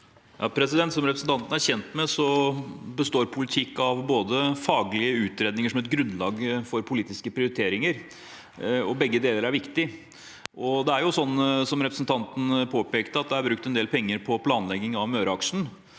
Som repre- sentanten er kjent med, består politikk av både faglige råd og utredninger som et grunnlag, og av politiske prioriteringer, og begge deler er viktig. Så er det, som representanten påpekte, brukt en del penger på planlegging av Møreaksen,